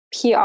PR